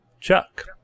Chuck